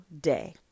day